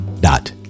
dot